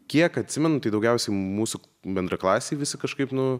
kiek atsimenu tai daugiausiai mūsų bendraklasiai visi kažkaip nu